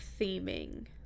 theming